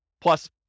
plus